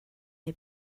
neu